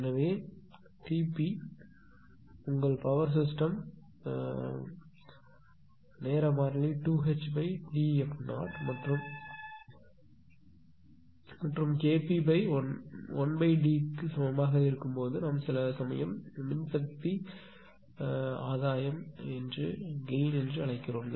எனவே T p உங்கள் power system நேர மாறிலி 2HDf0 மற்றும் K p 1D க்கு சமமாக இருக்கும் போது நாம் சில சமயம் மின்சக்தி ஆதாயம் என்று அழைக்கிறோம்